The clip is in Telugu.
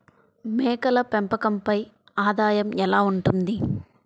మేకల పెంపకంపై ఆదాయం ఎలా ఉంటుంది?